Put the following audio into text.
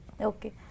Okay